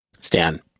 Stan